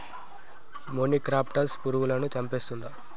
మొనిక్రప్టస్ పురుగులను చంపేస్తుందా?